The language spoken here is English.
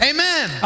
Amen